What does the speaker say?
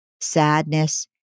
sadness